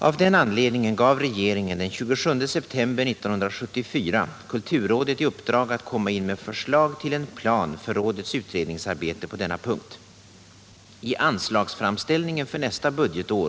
Av den anledningen gav regeringen den 27 september 1974 kulturrådet i uppdrag att komma in med förslag till en plan för rådets utredningsarbete på denna punkt. I anslagsframställningen för nästa budgetår (Anslaget B 2.